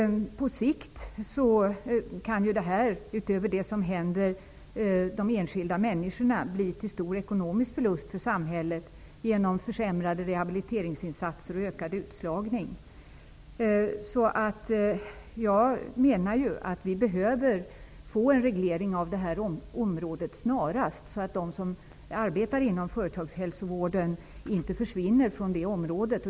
Utöver följderna för de enskilda människorna kan detta på sikt leda till stor ekonomisk förlust för samhället genom försämrade rehabiliteringsinsatser och ökad utslagning. Det behövs snarast en reglering på detta område, så att de som arbetar inom företagshälsovården inte försvinner därifrån.